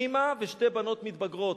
אמא ושתי בנות מתבגרות.